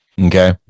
Okay